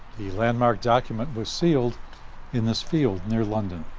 the landmark document was sealed in this field near london.